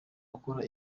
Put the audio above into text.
ukora